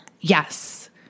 Yes